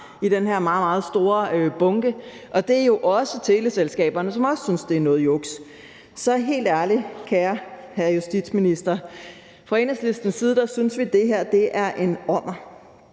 i den her meget, meget store bunke, og det er jo også teleselskaberne, som synes, at det er noget juks. Så helt ærligt, kære hr. justitsminister, fra Enhedslistens side synes vi, det her er en ommer.